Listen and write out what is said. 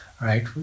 right